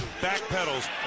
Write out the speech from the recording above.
Backpedals